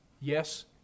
Yes